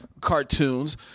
cartoons